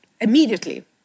immediately